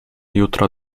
jutro